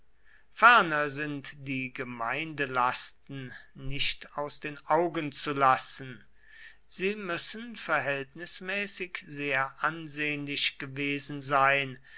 ferner sind die gemeindelasten nicht aus den augen zu lassen sie müssen verhältnismäßig sehr ansehnlich gewesen sein